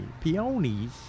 Peonies